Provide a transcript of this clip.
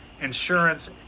insurance